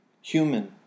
human